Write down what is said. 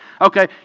okay